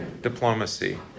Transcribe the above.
Diplomacy